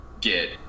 get